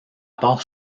part